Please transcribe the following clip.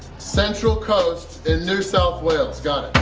central coast in new south wales,